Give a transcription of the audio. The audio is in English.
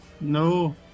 no